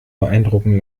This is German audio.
beeindrucken